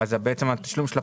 אז בעצם התשלום של הפקח,